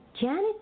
Janet